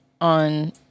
on